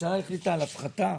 הממשלה החליטה על הפחתה?